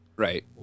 Right